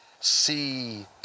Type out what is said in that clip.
see